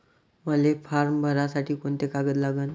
मले फारम भरासाठी कोंते कागद लागन?